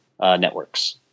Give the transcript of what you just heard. networks